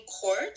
court